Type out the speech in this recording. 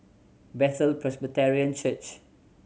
Bethel Presbyterian Church